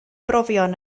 brofion